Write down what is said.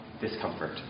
discomfort